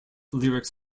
lyrics